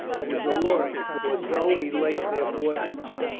it was alluring, for so he linked their fortunes,